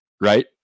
right